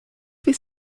fait